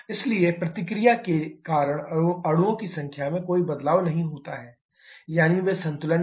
इसलिए प्रतिक्रिया के कारण अणुओं की संख्या में कोई बदलाव नहीं होता है यानी वे संतुलन में हैं